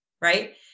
right